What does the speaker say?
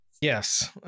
yes